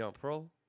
Pro